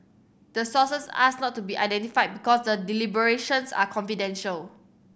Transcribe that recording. the sources asked not to be identified because the deliberations are confidential